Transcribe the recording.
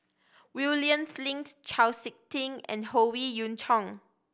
William Flint Chau Sik Ting and Howe Yoon Chong